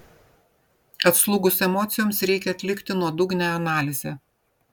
atslūgus emocijoms reikia atlikti nuodugnią analizę